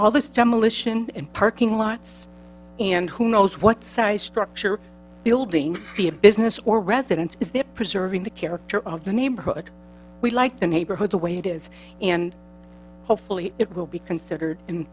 all this demolition and parking lots and who knows what size structure building a business or residence is there preserving the character of the neighborhood we like the neighborhood the way it is and hopefully it will be considered in